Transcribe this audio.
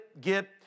get